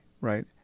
right